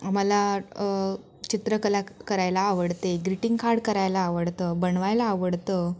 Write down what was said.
मला चित्रकला करायला आवडते ग्रिटिंग कार्ड करायला आवडतं बनवायला आवडतं